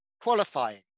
qualifying